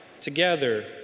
together